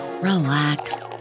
relax